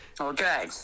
Okay